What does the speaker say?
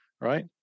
right